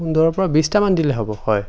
পোন্ধৰৰ পৰা বিশটা মান দিলে হ'ব হয়